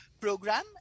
program